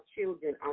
children